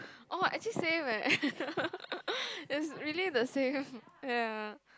oh actually same eh it's really the same ya